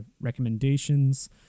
recommendations